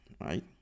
right